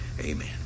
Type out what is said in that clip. Amen